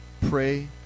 pray